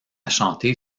chanter